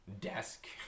desk